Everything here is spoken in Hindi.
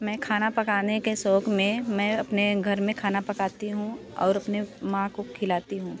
मैं खाना पकाने के शौक़ में मैं अपने घर में खाना पकाती हूँ और अपने माँ को खिलाता हूँ